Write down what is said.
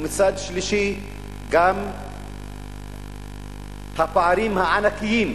ומצד שלישי גם הפערים הענקיים,